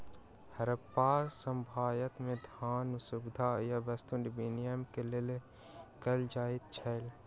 हरप्पा सभ्यता में, धान, सुविधा आ वस्तु विनिमय के लेल कयल जाइत छल